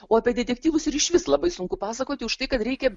o apie detektyvus ir išvis labai sunku pasakoti už tai kad reikia